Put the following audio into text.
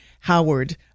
Howard